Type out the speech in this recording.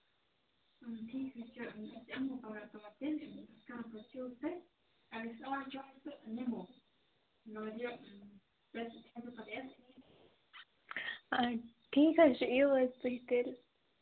آ ٹھیٖک حظ چھُ یِیِو حظ تُہۍ تیٚلہِ